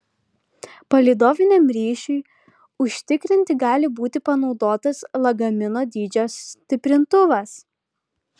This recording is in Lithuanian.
palydoviniam ryšiui užtikrinti gali būti panaudotas lagamino dydžio stiprintuvas